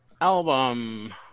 album